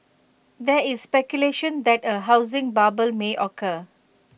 there is speculation that A housing bubble may occur